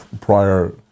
prior